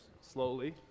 slowly